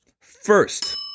First